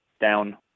down